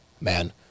man